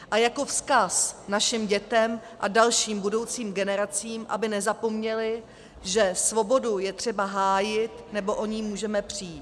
A jako vzkaz našim dětem a dalším budoucím generacím, aby nezapomněly, že svobodu je třeba hájit, nebo o ni můžeme přijít.